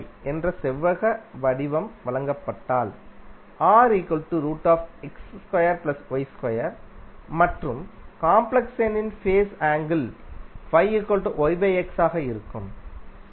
என்ற செவ்வக வடிவம் வழங்கப்பட்டால் மற்றும் காம்ப்ளெக்ஸ் எண்ணின் ஃபேஸ் ஆங்கிள் ஆக இருக்கும்